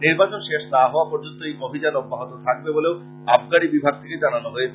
নির্বাচন শেষ না হওয়া পর্য্যন্ত এই অভিযান অব্যাহত থাকবে বলে আবগারী বিভাগ সূত্রে জানানো হয়েছে